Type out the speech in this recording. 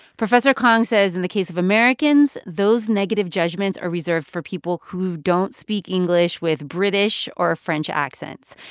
professor kang says, in the case of americans, those negative judgments are reserved for people who don't speak english with british or french accents.